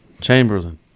Chamberlain